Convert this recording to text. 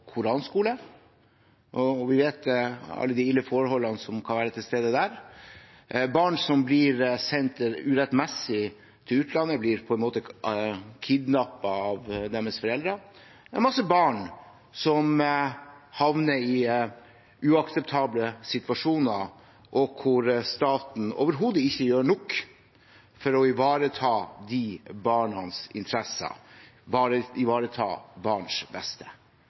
koranskole – og vi vet alle hvor ille forholdene kan være der – det er barn som blir sendt urettmessig til utlandet, som på en måte blir kidnappet av sine foreldre. Det er mange barn som havner i uakseptable situasjoner, og hvor staten overhodet ikke gjør nok for å ivareta barns interesser og barns beste.